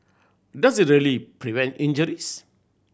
does it really prevent injuries